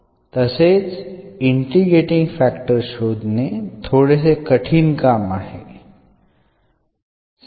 तसेच integrating factor शोधणे थोडेसे कठीण काम आहे